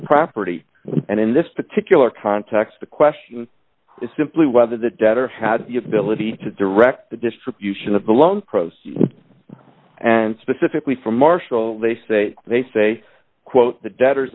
property and in this particular context the question is simply whether the debtor had the ability to direct the distribution of the loan prose and specifically for marshall they say they say quote the debtors